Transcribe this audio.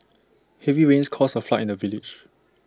heavy rains caused A flood in the village